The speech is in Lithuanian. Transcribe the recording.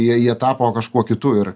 jie jie tapo kažkuo kitu ir